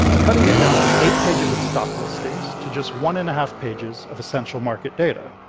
cutting it down from eight pages of stock listings to just one and a half pages of essential market data.